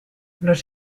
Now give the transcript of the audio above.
los